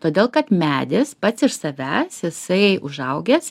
todėl kad medis pats iš savęs jisai užaugęs